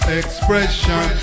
expression